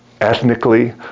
ethnically